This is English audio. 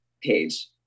page